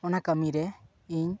ᱚᱱᱟ ᱠᱟᱹᱢᱤᱨᱮ ᱤᱧ